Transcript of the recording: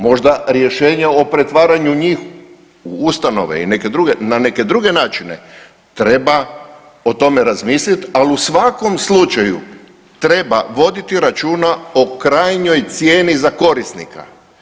Možda rješenje o pretvaranju njih u ustanove i na neke druge načine treba o tome razmisliti, ali u svakom slučaju treba voditi računa o krajnjoj cijeni za korisnika.